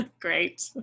Great